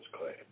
claim